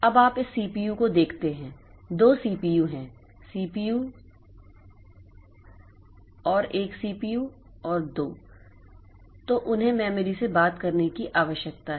अब आप इस CPU को देखते हैं दो CPU हैं सीपीयू 1 और सीपीयू 2 तो उन्हें मेमोरी से बात करने की आवश्यकता है